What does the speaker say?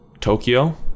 Tokyo